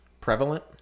prevalent